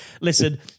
Listen